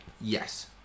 Yes